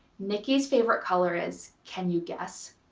nikki's favorite color is, can you guess?